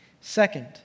Second